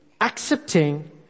accepting